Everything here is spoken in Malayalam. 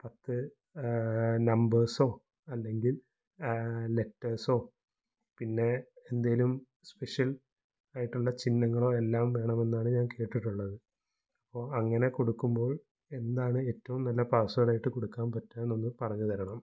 പത്ത് നമ്പേസൊ അല്ലെങ്കിൽ ലെറ്റേസൊ പിന്നെ എന്തേലും സ്പെഷ്യൽ ആയിട്ടുള്ള ചിഹ്നങ്ങളോ എല്ലാം വേണമെന്നാണ് ഞാൻ കേട്ടിട്ടുള്ളത് അപ്പോള് അങ്ങനെ കൊടുക്കുമ്പോൾ എന്താണ് ഏറ്റവും നല്ല പാസ്വേഡായ്ട്ട് കൊടുക്കാൻ പറ്റുകയെന്ന് ഒന്ന് പറഞ്ഞുതരണം